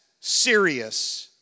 serious